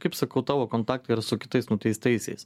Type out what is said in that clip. kaip sakau tavo kontaktai yra su kitais nuteistaisiais